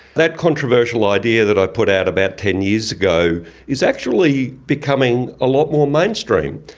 that controversial idea that i put out about ten years ago is actually becoming a lot more mainstream.